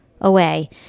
away